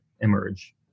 emerge